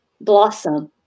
blossom